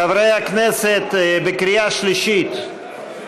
חברי הכנסת, בקריאה שלישית: